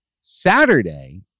Saturday